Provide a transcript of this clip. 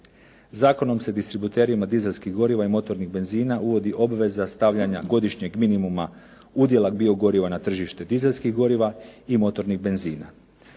Zakonom se distributerima dizelskih goriva i motornih benzina uvodi obveza stavljanja godišnjem minimuma udjela biogoriva na tržište dizelskih goriva i motornih benzina.